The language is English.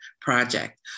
project